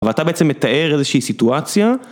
אבל אתה בעצם מתאר איזושהי סיטואציה.